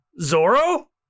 Zoro